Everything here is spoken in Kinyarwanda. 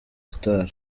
star